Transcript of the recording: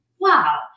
Wow